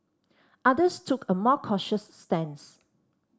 others took a more cautious stance